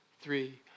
three